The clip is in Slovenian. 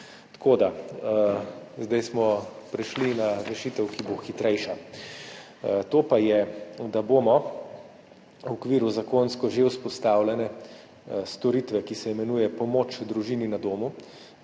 staršem. Zdaj smo prešli na rešitev, ki bo hitrejša, to pa je, da bomo v okviru zakonsko že vzpostavljene storitve, ki se imenuje pomoč družini na domu,